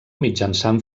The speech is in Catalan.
mitjançant